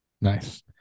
Nice